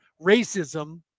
racism